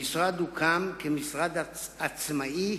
המשרד הוקם כמשרד עצמאי